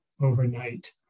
overnight